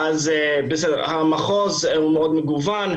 המחוז מאוד מגוון.